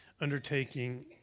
undertaking